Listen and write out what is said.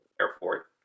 airport